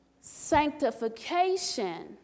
sanctification